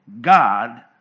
God